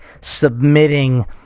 submitting